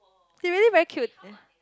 they really very cute eh